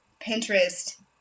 Pinterest